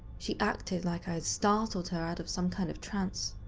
she acted like i had startled her out of some kind of trance.